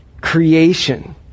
creation